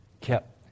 kept